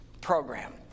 program